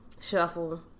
Shuffle